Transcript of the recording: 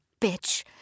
bitch